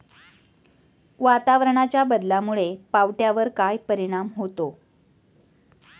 वातावरणाच्या बदलामुळे पावट्यावर काय परिणाम होतो?